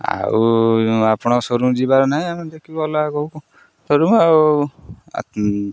ଆଉ ଆପଣଙ୍କ ସୋରୁମ୍ ଯିବାର ନାହିଁ ଆମେ ଦେଖିବୁ ଅଲଗା କେଉଁଠୁ କିଣିବୁ ଆଉ